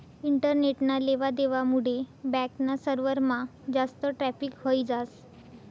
इंटरनेटना लेवा देवा मुडे बॅक ना सर्वरमा जास्त ट्रॅफिक व्हयी जास